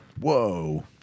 Whoa